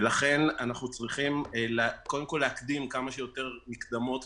ולכן אנחנו צריכים קודם כול להקדים כמה שיותר מקדמות.